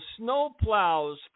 snowplows